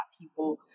people